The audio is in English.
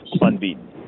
unbeaten